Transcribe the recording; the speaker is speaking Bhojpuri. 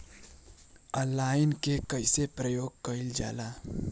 ऑनलाइन के कइसे प्रयोग कइल जाला?